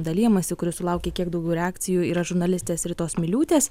dalijamasi kuris sulaukė kiek daugiau reakcijų yra žurnalistės ritos miliūtės